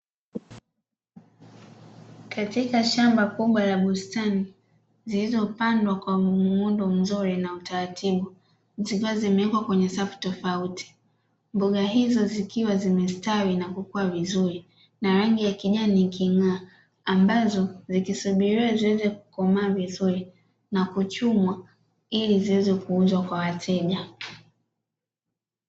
Katika shamba kubwa la bustani zilizopandwa kwa muundo mzuri na kwa utaratibu, zikiwa zimewekwa kwenye safu tofauti, mboga hizo zikiwa zimestawi na kukua vizuri na rangi ya kijani iking’aa ambazo zikisubiria ziweze kukomaa vizuri na kuchumwa ili ziweze kuuzwa kwa wateja.